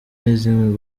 amazing